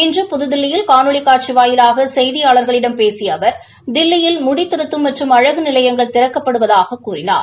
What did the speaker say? இன்று புதுதில்லியில் காணொலி காட்சி வாயிலாக செய்தியாளர்களிடம் பேசிய அவர் தில்லியில் முடிதிருத்தும் மற்றும் அழகு நிலையங்கள் திறக்கப்படுவதாகக் கூழினார்